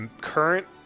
current